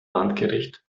landgericht